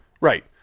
Right